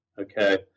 okay